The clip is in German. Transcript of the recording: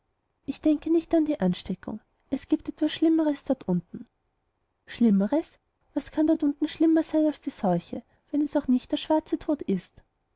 ich denke nicht an die ansteckung es gibt etwas schlimmeres dort unten schlimmeres was kann dort unten schlimmer sein als die seuche wenn es auch nicht der schwarze tod ist